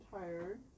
tired